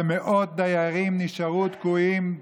ומאות דיירים נשארו תקועים,